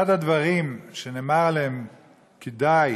אחד הדברים שנאמר עליהם כי די